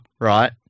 right